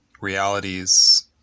realities